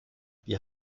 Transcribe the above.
wir